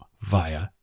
via